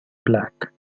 black